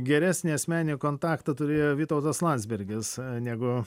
geresnį asmeninį kontaktą turėjo vytautas landsbergis negu